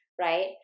right